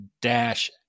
dash